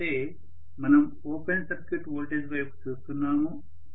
ఎందుకంటే మనం open circuit voltage వైపు చూస్తున్నాము